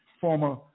former